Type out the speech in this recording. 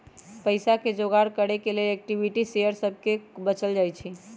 पईसा के जोगार करे के लेल इक्विटी शेयर सभके को बेचल जाइ छइ